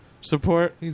Support